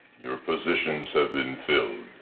your positions have been filled.